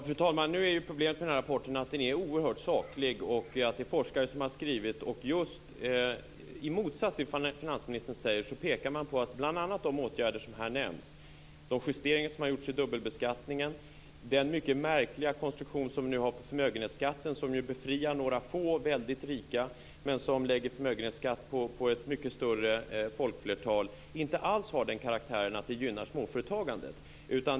Fru talman! Nu är problemet med den här rapporten att den är oerhört saklig och att det är forskare som har skrivit den. I motsats till vad finansministern säger pekar man på att bl.a. de åtgärder som här nämns - de justeringar som har gjorts i dubbelbeskattningen, den mycket märkliga konstruktion som man nu har på förmögenhetsskatten, som befriar några få väldigt rika men som lägger förmögenhetsskatt på ett mycket större folkflertal - inte alls har den karaktären att de gynnar småföretagande.